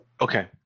Okay